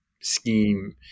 scheme